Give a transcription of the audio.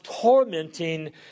tormenting